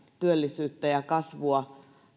työllisyyttä ja kasvua